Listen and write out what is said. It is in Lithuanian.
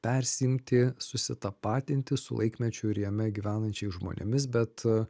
persiimti susitapatinti su laikmečiu ir jame gyvenančiais žmonėmis bet